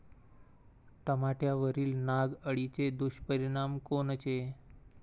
टमाट्यावरील नाग अळीचे दुष्परिणाम कोनचे?